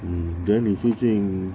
mm then 你最近